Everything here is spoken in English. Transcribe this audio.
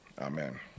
Amen